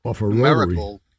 numerical